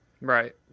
Right